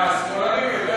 שהשמאלנים יותר